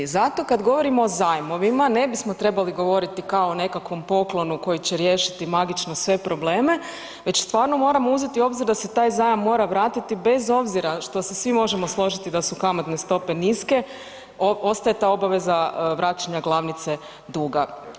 Zato kad govorimo o zajmovima ne bismo trebali govoriti kao o nekakvom poklonu koji će riješiti magično sve probleme već stvarno moramo uzeti u obzir da se taj zajam mora vratiti bez obzira što se svi možemo složiti da su kamatne stope niske, ostaje ta obaveza vraćanja glavnice duga.